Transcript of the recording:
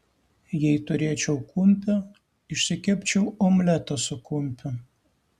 jei turėčiau kumpio išsikepčiau omletą su kumpiu